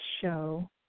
show